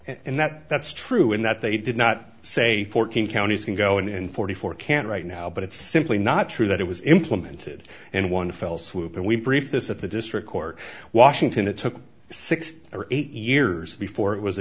and that that's true in that they did not say fourteen counties can go in forty four can't right now but it's simply not true that it was implemented and one fell swoop and we brief this at the district court washington it took six or eight years before it was a